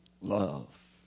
Love